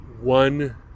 One